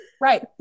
Right